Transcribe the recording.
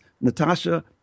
Natasha